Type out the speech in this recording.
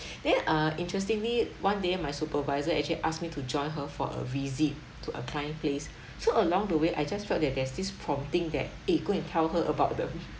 then uh interestingly one day my supervisor actually ask me to join her for a visit to a client place so along the way I just felt that there's this prompting that eh go and tell her about the